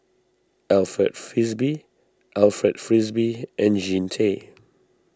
Alfred Frisby Alfred Frisby and Jean Tay